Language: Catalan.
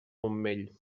montmell